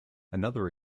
another